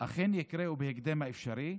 אכן יקרה ובהקדם האפשרי,